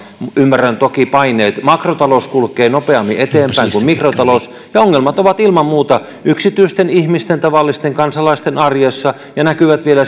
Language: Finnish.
ymmärrän toki paineet makrotalous kulkee nopeammin eteenpäin kuin mikrotalous ja ongelmat ovat ilman muuta yksityisten ihmisten tavallisten kansalaisten arjessa ja näkyvät